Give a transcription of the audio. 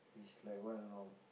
is like what you know